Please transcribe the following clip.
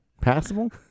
Passable